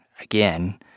again